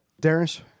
Darren's